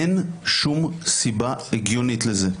אין שום סיבה הגיונית לזה.